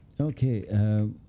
okay